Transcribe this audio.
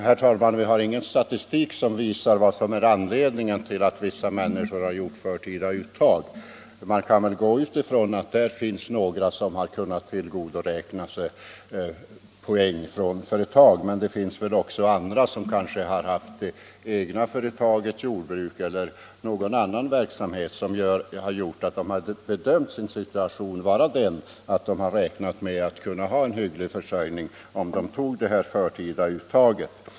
Herr talman! Vi har ingen statistik som visar vad som har varit anledningen till att en del människor har gjort förtida uttag. Man kan väl utgå från att det bland dem finns en del som har kunnat tillgodoräkna sig pension från företag men också andra som har haft egna företag, t.ex. jordbruk eller annan verksamhet, som har bedömt sin situation vara sådan att de kunnat räkna med en hygglig försörjning om de gjorde ett förtida uttag.